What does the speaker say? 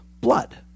blood